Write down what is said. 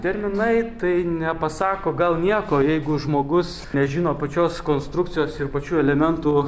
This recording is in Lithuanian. terminai tai nepasako gal nieko jeigu žmogus nežino pačios konstrukcijos ir pačių elementų